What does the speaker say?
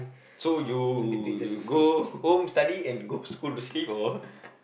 so you go go home study and go school to sleep or